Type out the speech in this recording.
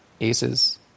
aces